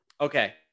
Okay